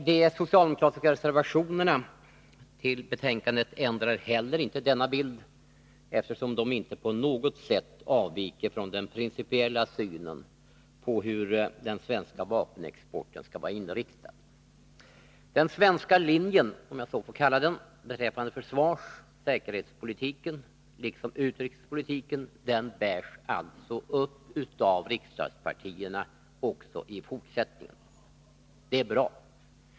De socialdemokratiska reservationer som är fogade vid betänkandet ändrar inte denna bild, eftersom de inte på något sätt avviker från den principiella synen på hur den svenska vapenexporten skall vara inriktad. Den svenska linjen, om jag får kalla den så, beträffande försvarsoch säkerhetspolitiken liksom utrikespolitiken bärs alltså upp av riksdagspartierna också i fortsättningen. Det är bra.